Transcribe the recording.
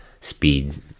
speeds